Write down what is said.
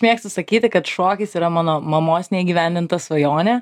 mėgstu sakyti kad šokis yra mano mamos neįgyvendinta svajonė